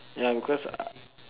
ya because I